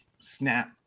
snap